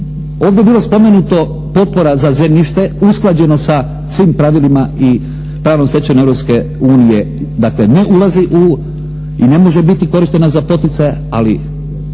Ovdje je bilo spomenuto potpora za zemljište usklađeno sa svim pravilima i pravnoj stečevini Europske unije, dakle ne ulazi u, i ne može biti korištena za poticaje, ali,